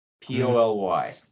P-O-L-Y